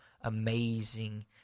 amazing